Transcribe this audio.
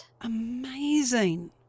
Amazing